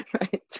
Right